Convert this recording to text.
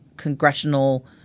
congressional